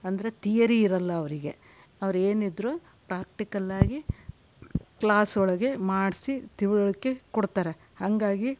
ಅಂದರೆ ತಿಯರಿ ಇರಲ್ಲ ಅವರಿಗೆ ಅವರೇನಿದ್ರು ಪ್ರಾಕ್ಟಿಕಲ್ ಆಗಿ ಕ್ಲಾಸೊಳಗೆ ಮಾಡಿಸಿ ತಿಳುವಳಿಕೆ ಕೊಡ್ತಾರೆ ಹಂಗಾಗಿ